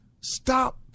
Stop